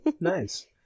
Nice